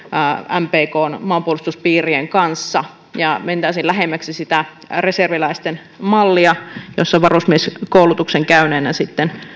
mpkn maanpuolustuspiirien kanssa ja mentäisiin lähemmäksi sitä reserviläisten mallia jossa varusmieskoulutuksen käyneenä sitten